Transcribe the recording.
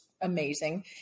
amazing